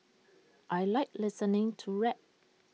I Like listening to rap